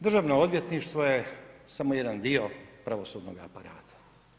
Državno odvjetništvo je samo jedan dio pravosudnoga aparata.